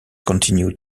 continued